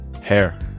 Hair